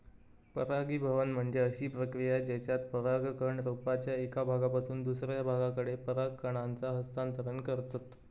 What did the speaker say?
परागीभवन म्हणजे अशी प्रक्रिया जेच्यात परागकण रोपाच्या एका भागापासून दुसऱ्या भागाकडे पराग कणांचा हस्तांतरण करतत